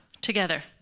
together